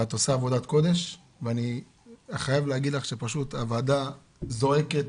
ואת עושה עבודת קודש ואני חייב להגיד לך שפשוט הוועדה זועקת,